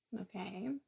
Okay